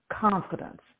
confidence